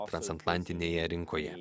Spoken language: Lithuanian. transatlantinėje rinkoje